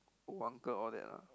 old uncle all that lah